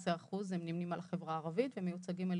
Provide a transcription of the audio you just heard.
14% נמנים על החברה הערבית ומיוצגים על